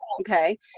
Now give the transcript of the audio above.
okay